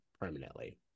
permanently